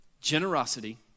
Generosity